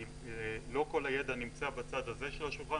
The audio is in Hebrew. לא כל הידע נמצא בצד הזה של השולחן,